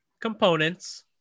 components